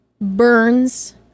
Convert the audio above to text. burns